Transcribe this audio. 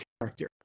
character